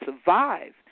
survive